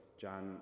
John